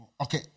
Okay